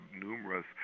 numerous